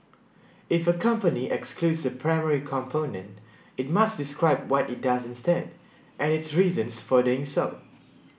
if a company excludes a primary component it must describe what it does instead and its reasons for doing so